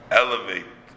elevate